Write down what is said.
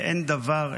ואין דבר,